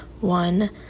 one